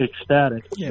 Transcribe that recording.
ecstatic